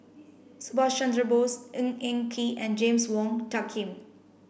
Subhas Chandra Bose Ng Eng Kee and James Wong Tuck Yim